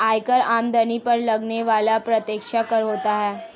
आयकर आमदनी पर लगने वाला प्रत्यक्ष कर होता है